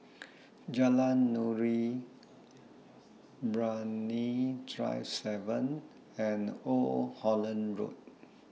Jalan Nuri Brani Drive seven and Old Holland Road